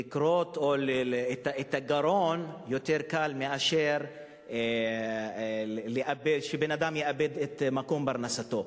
לכרות את הגרון יותר קל מאשר שבן-אדם יאבד את מקום פרנסתו.